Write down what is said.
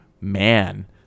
man